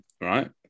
right